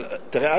תראה,